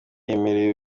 yemereye